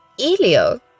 Elio